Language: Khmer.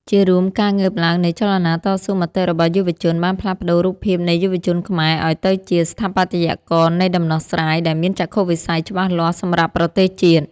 ជារួម ការងើបឡើងនៃចលនាតស៊ូមតិរបស់យុវជន បានផ្លាស់ប្តូររូបភាពនៃយុវជនខ្មែរឱ្យទៅជា ស្ថាបត្យករនៃដំណោះស្រាយ ដែលមានចក្ខុវិស័យច្បាស់លាស់សម្រាប់ប្រទេសជាតិ។